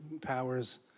powers